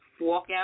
walkout